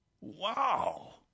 wow